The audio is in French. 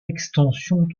extension